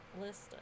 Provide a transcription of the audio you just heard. list